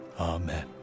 Amen